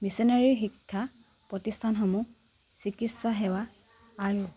missionary শিক্ষা প্ৰতিষ্ঠানসমূহ চিকিৎসা সেৱা আৰু